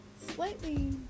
slightly